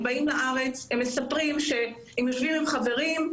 הם באים לארץ והם מספרים שכשהם יושבים עם חברים,